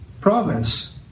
province